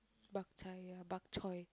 bak chai ya bak choy